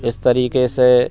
इस तरीक़े से